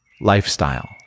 lifestyle